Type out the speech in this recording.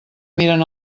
miren